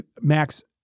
Max